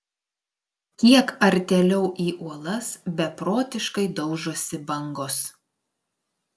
kiek artėliau į uolas beprotiškai daužosi bangos